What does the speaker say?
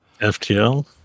FTL